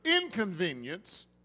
inconvenience